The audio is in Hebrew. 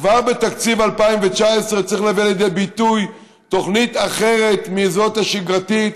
כבר בתקציב 2019 צריך להביא לידי ביטוי תוכנית אחרת מזאת השגרתית,